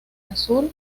azul